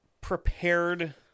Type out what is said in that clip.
prepared